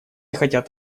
хотят